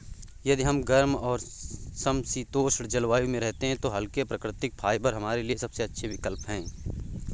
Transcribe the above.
यदि हम गर्म और समशीतोष्ण जलवायु में रहते हैं तो हल्के, प्राकृतिक फाइबर हमारे लिए सबसे अच्छे विकल्प हैं